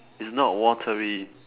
it's not watery